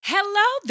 Hello